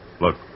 Look